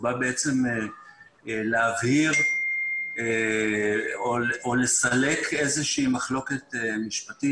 החוק בא להבהיר או לסלק איזושהי מחלוקת משפטית